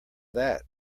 that